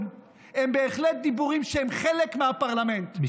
הם בהחלט דיבורים שהם חלק מהפרלמנט,